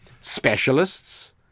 specialists